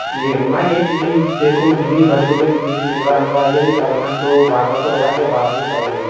ᱤᱭᱟᱹ ᱚᱱᱟᱜᱮ ᱡᱩᱫᱤ ᱥᱮ ᱨᱚᱠᱚᱢ ᱵᱤᱥᱤ ᱵᱷᱟᱹᱞᱤ ᱠᱟᱛᱮᱫ ᱡᱩᱫᱤ ᱠᱮᱢᱨᱟ ᱚᱱᱠᱟ ᱤᱭᱟᱹᱭ ᱦᱩᱭᱩᱜᱼᱟ ᱛᱟᱦᱚᱞᱮ ᱠᱷᱟᱱ ᱛᱳ ᱵᱟᱨ ᱦᱚᱲ ᱫᱚ ᱞᱟᱜᱟᱜ ᱜᱮᱭᱟ ᱵᱟᱨ ᱦᱚᱲ ᱫᱚ ᱪᱟᱞᱟᱜ ᱜᱮ ᱦᱩᱭᱩᱜᱼᱟ